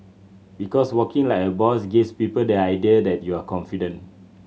because walking like a boss gives people the idea that you are confident